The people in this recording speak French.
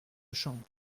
chambre